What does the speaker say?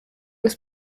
was